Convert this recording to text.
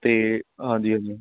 ਅਤੇ ਹਾਂਜੀ ਹਾਂਜੀ